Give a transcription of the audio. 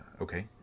Okay